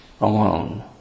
alone